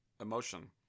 emotion